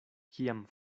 kiam